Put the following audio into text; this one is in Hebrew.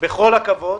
בכל הכבוד